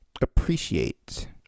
appreciate